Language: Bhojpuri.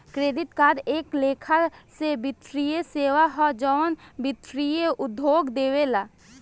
क्रेडिट कार्ड एक लेखा से वित्तीय सेवा ह जवन वित्तीय उद्योग देवेला